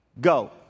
Go